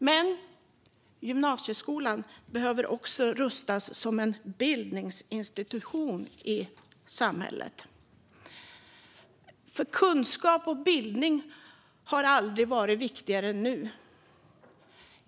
Men gymnasieskolan behöver också rustas som en bildningsinstitution i samhället. Kunskap och bildning har aldrig varit viktigare än nu.